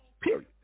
period